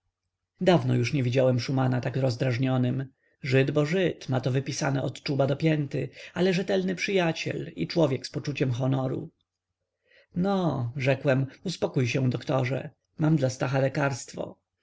dawno już nie widziałem szumana tak rozdrażnionym żyd bo żyd ma to wypisane od czuba do pięty ale rzetelny przyjaciel i człowiek z poczuciem honoru no rzekłem uspokój się doktorze mam dla stacha lekarstwo